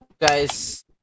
guys